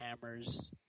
hammers